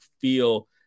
feel